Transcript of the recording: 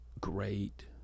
great